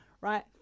right